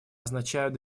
означают